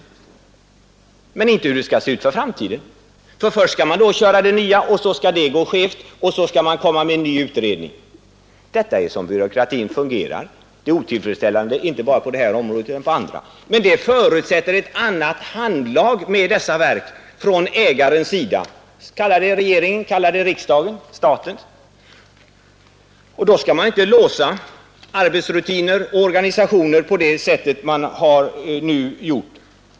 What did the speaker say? Men det talas inte om hur det skall se ut för framtiden, för först skall man köra det nya, och så skall det gå skevt, och så skall man komma med en ny utredning. Så fungerar byråkratin. Det är otillfredsställande inte bara på det här området utan även på andra. Men en ändring förutsätter ett annat handlag från ägarens sida — kalla det regeringen, kalla det riksdagen, kalla det staten. Då skall man inte låsa arbetsrutiner och organisationer på det sätt som man nu har gjort.